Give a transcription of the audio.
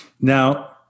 Now